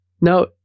Now